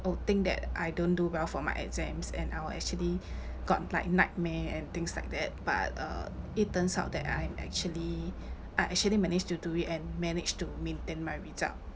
oh think that I don't do well for my exams and I will actually got like nightmare and things like that but uh it turns out that I am actually I actually managed to do it and managed to maintain my result